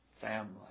family